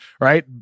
right